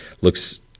looks